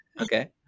Okay